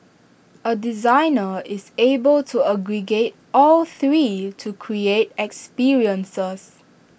A designer is able to aggregate all three to create experiences